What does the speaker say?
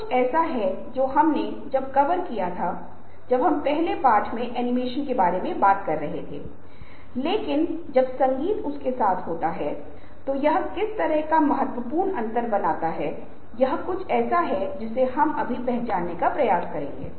इसलिए यह एक प्रयास है जिसे हम एक साथ करने जा रहे हैं आप और मैं एक साथ और मेरी टीम यहाँ पर हम और हमारी टीम साथ मिलकर काम करेंगे और हम इसका उत्तर एक सप्ताह के भीतर खोजने का प्रयास करेंगे